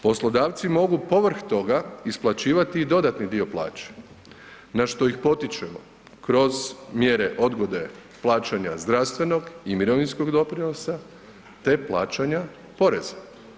Poslodavci mogu povrh toga isplaćivati i dodatni dio plaće na što ih potičemo kroz mjere odgode plaćanja zdravstvenog i mirovinskog doprinosa te plaćanja poreza.